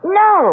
no